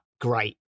great